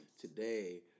Today